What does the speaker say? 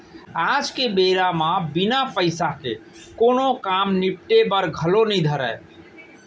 आज के बेरा म बिना पइसा के कोनों काम निपटे बर घलौ नइ धरय